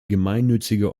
gemeinnützige